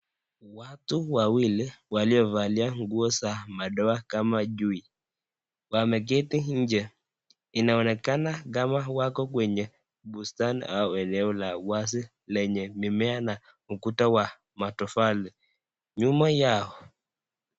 Watu wawili waliovalia nguo za madoa kama chui, wameketi nje. Inaonekana kama wako kwenye bustani au eneo la wazi lenye mimea na ukuta wa matofali nyuma yao.